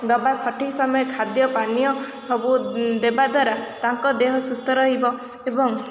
ଦେବା ସଠିକ୍ ସମୟ ଖାଦ୍ୟ ପାନୀୟ ସବୁ ଦେବା ଦ୍ୱାରା ତାଙ୍କ ଦେହ ସୁସ୍ଥ ରହିବ ଏବଂ